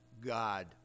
God